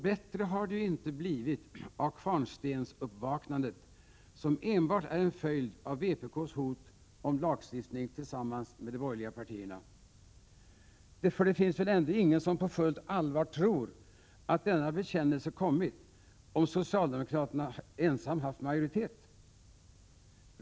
Bättre har det ju inte blivit av kvarnstensuppvaknandet, som enbart är en följd av vpk:s hot om lagstiftning tillsammans med de borgerliga partierna. För det finns väl ändå ingen som på fullt allvar tror att denna bekännelse kommit, om socialdemokraterna ensamma haft majoritet?